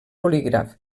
bolígraf